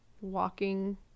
walking